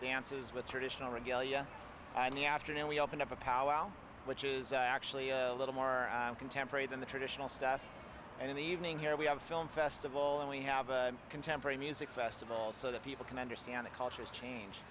dances with traditional regalia and the afternoon we open up a powwow which is actually a little more contemporary than the traditional stuff and in the evening here we have film festival and we have a contemporary music festival so that people can understand the cultures change